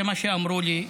זה מה שאמרו לי.